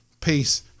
Peace